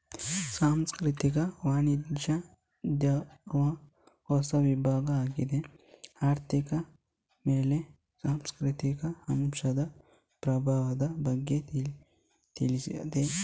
ಸಾಂಸ್ಕೃತಿಕ ವಾಣಿಜ್ಯೋದ್ಯಮವು ಹೊಸ ವಿಭಾಗ ಆಗಿದ್ದು ಆರ್ಥಿಕತೆಯ ಮೇಲೆ ಸಾಂಸ್ಕೃತಿಕ ಅಂಶದ ಪ್ರಭಾವದ ಬಗ್ಗೆ ತಿಳೀತದೆ